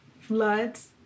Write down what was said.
floods